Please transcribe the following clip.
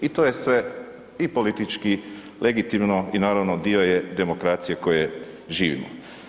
I to je sve i politički legitimno i naravno dio je demokracije koje živimo.